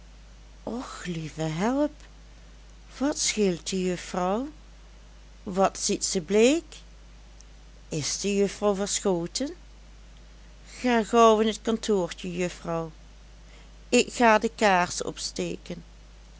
och lieve help wat scheelt de juffrouw wat ziet ze bleek is de juffrouw verschoten ga gauw in t kantoortje juffrouw ik ga de kaars opsteken